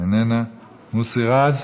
איננה, מוסי רז?